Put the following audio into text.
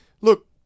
look